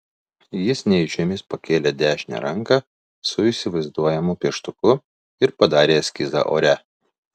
jis nejučiomis pakėlė dešinę ranką su įsivaizduojamu pieštuku ir padarė eskizą ore